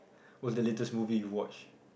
what's the latest movie you watch